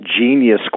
genius